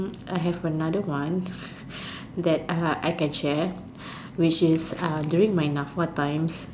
I have another one that I can share which is during my NAFA time